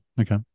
Okay